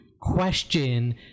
question